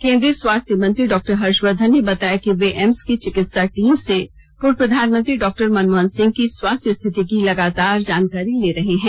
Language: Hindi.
केन्द्रीय स्वास्थ्य मंत्री डॉक्टर हर्षवर्धन ने बताया कि वे एम्स की चिकित्सा टीम से पूर्व प्रधानमंत्री डॉक्टर मनमोहन सिंह की स्वास्थ्य स्थिति की लगातार जानकारी ले रहे हैं